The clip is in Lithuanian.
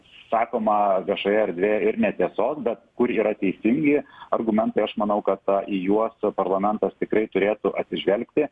sakoma viešoje erdvėj ir netiesos bet kur yra teisingi argumentai aš manau kad į juos parlamentas tikrai turėtų atsižvelgti